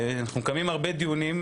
אנחנו מקיימים הרבה דיונים,